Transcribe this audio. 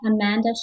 Amanda